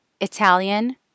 Italian